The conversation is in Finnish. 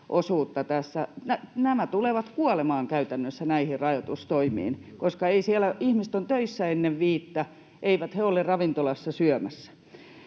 Nämä tulevat kuolemaan käytännössä näihin rajoitustoimiin — ihmiset ovat töissä ennen viittä, eivät he ole ravintolassa syömässä.